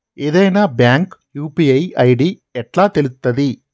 ఏదైనా bank UPI ID ఎట్లా తెలుత్తది?